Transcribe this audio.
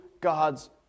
God's